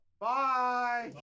Bye